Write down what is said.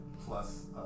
Plus